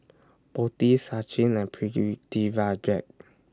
Potti Sachin and Pritiviraj